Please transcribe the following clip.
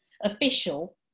official